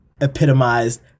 epitomized